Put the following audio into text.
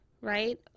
right